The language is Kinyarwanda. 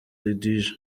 eduige